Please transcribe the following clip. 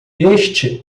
este